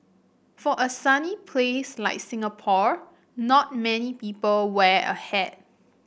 for a sunny place like Singapore not many people wear a hat